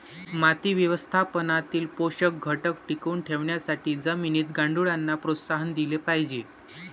माती व्यवस्थापनातील पोषक घटक टिकवून ठेवण्यासाठी जमिनीत गांडुळांना प्रोत्साहन दिले पाहिजे